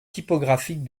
typographique